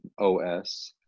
os